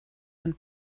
von